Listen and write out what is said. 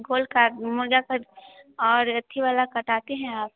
गोल cut मुर्गा cut और सथी वाला काटते हैं आप